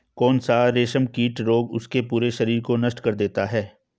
कौन सा रेशमकीट रोग उसके पूरे शरीर को नष्ट कर देता है?